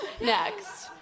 Next